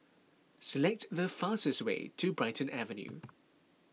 select the fastest way to Brighton Avenue